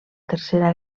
tercera